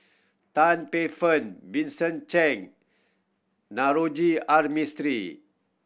Tan Paey Fern Vincent Cheng Naroji R Mistri